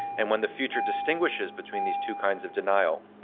and when the future distinguishes between these two kinds of denial,